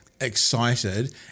excited